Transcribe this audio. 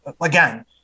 again